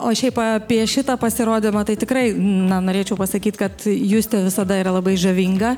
o šiaip apie šitą pasirodymą tai tikrai na norėčiau pasakyt kad justė visada yra labai žavinga